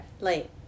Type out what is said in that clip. Late